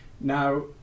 Now